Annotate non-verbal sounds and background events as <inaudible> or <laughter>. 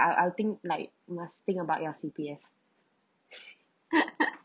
I'll I'll think like must think about your C_P_F <laughs>